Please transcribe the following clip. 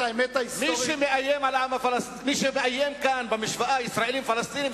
מי שמאיים כאן במשוואה ישראלים-פלסטינים,